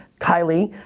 kylie,